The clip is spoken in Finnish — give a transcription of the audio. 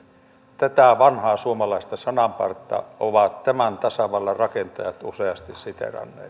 tätä vanhaa suomalaista sananpartta ovat tämän tasavallan rakentajat useasti siteeranneet